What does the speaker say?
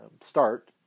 start